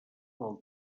del